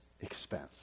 expense